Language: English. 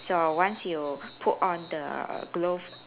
so once you put on the glove